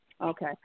okay